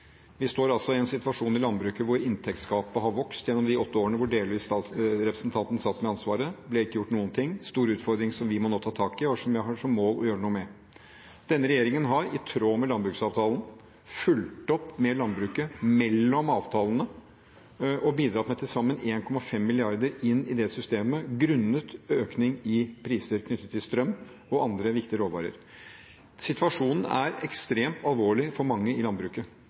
Vi står altså i en situasjon i landbruket hvor inntektsgapet har vokst gjennom de åtte årene hvor representanten delvis satt med ansvaret. Det ble ikke gjort noen ting. Det er en stor utfordring vi nå må ta tak i, og som vi har som mål å gjøre noe med. Denne regjeringen har i tråd med landbruksavtalen fulgt opp med landbruket mellom avtalene og bidratt med til sammen 1,5 mrd. kr inn i det systemet grunnet økning i priser knyttet til strøm og andre viktige råvarer. Situasjonen er ekstremt alvorlig for mange i landbruket